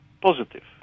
positive